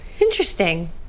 Interesting